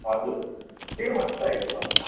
हजुर के को मासु चाहिएको थियो भन्नुहोस् त